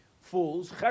fools